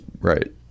Right